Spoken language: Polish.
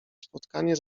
spotkanie